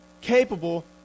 capable